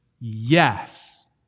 Yes